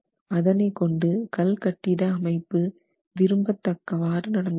அதனைக் கொண்டு கல் கட்டிட அமைப்பு விரும்பத் தக்கவாறு நடந்து கொள்ளும்